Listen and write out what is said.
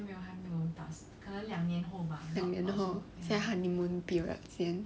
现在 honeymoon period 先